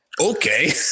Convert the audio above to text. okay